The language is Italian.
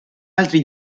altri